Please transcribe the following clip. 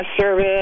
service